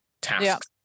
tasks